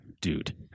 Dude